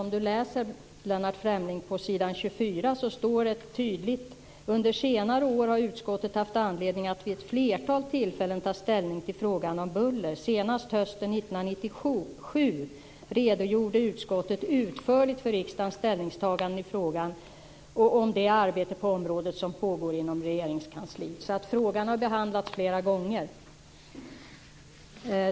Om Lennart Fremling läser på s. 24 ser han att det tydligt står följande: "Under senare år har utskottet haft anledning att vid ett flertal tillfällen ta ställning till frågan om buller. Senast hösten 1997 - redogjorde utskottet utförligt för riksdagens ställningstaganden i frågan och om det arbete på området som pågår inom Regeringskansliet." Frågan har behandlats flera gånger.